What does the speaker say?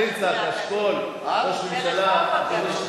שכונת-שפרינצק, אשכול, ראש ממשלה, יושב-ראש כנסת,